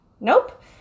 nope